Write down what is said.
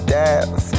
death